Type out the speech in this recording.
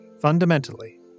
Fundamentally